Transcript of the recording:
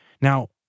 Now